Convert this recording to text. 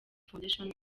foundation